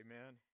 amen